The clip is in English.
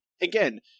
again